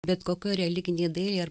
bet kokioj religinėj dailėj ar